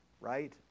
right